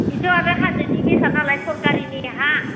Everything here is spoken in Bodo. बेथ' आरो हाजोनि बेसाद नालाय सरकारिनि हा